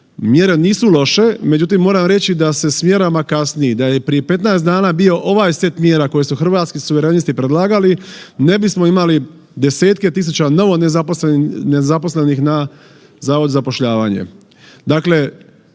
Mjere nisu loše. Međutim, moram reći da se s mjerama kasni, da je prije 15 dana bio ovaj set mjera koji su Hrvatski suverenisti predlagali ne bismo imali 10-tke tisuća novonezaposlenih na zavodu za zapošljavanje.